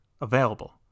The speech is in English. available